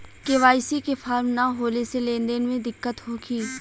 KYC के form न होले से लेन देन में दिक्कत होखी?